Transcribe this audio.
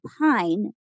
pine